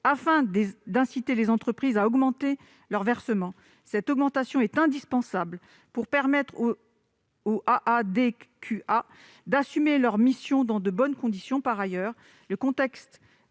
afin d'inciter les entreprises à augmenter leurs versements. Une telle augmentation est indispensable pour permettre aux AASQA d'assumer leurs missions dans de bonnes conditions. Par ailleurs, le contexte